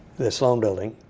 the sloan building